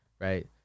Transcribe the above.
right